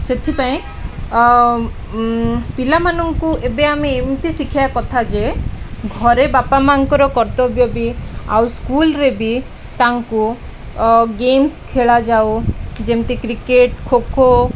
ସେଥିପାଇଁ ପିଲାମାନଙ୍କୁ ଏବେ ଆମେ ଏମିତି ଶିଖିବା କଥା ଯେ ଘରେ ବାପା ମାଆଙ୍କର କର୍ତ୍ତବ୍ୟ ବି ଆଉ ସ୍କୁଲରେ ବି ତାଙ୍କୁ ଗେମ୍ସ ଖେଳାଯାଉ ଯେମିତି କ୍ରିକେଟ ଖୋଖୋ